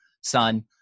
son